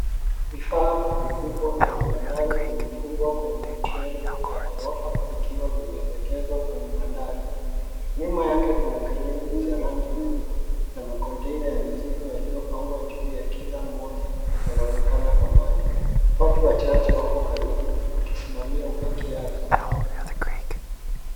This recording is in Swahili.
Vifaa vikubwa vya viwandani vimefungwa kwenye trela ya ghorofa vikiwa vimeelekezwa kwenye bandari. Nyuma yake kuna kreni za rangi buluu na macontainer ya mizigo yaliyopangwa juu ya kila mmoja yanaonekana kwa mbali. Watu wachache wako karibu wakisimamia upakiaji.